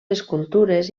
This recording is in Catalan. escultures